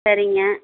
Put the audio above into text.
சரிங்க